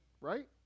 Right